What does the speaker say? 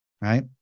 right